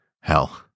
Hell